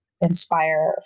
Inspire